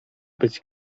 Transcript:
być